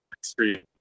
extreme